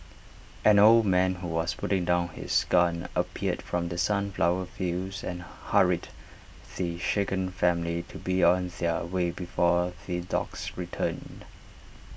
an old man who was putting down his gun appeared from the sunflower fields and hurried the shaken family to be on their way before the dogs returned